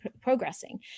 progressing